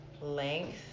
length